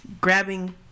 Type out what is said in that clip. grabbing